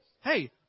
Hey